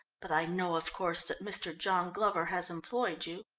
but i know, of course, that mr. john glover has employed you.